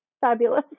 fabulous